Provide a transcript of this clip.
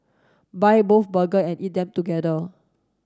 buy both burger and eat them together